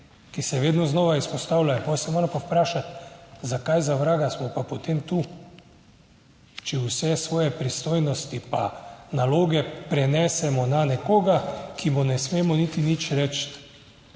ki se vedno znova izpostavljajo, pa se moramo pa vprašati, zakaj za vraga smo pa potem tu, če vse svoje pristojnosti pa naloge prenesemo na nekoga, ki mu ne smemo niti nič reči.